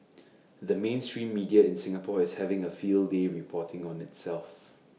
the mainstream media in Singapore is having A field day reporting on itself